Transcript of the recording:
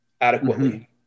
adequately